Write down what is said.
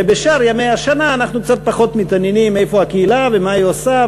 ובשאר ימי השנה אנחנו קצת פחות מתעניינים איפה הקהילה ומה היא עושה,